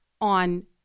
on